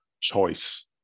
choice